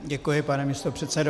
Děkuji, pane místopředsedo.